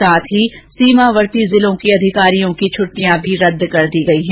साथ ही सीमावर्ती जिलों के अधिकारियों की छटियां भी रदद कर दी गयी हैं